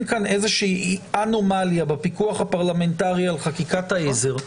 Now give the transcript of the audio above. כאן איזושהי אנומליה בפיקוח הפרלמנטרי על חקיקת העזר,